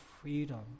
freedom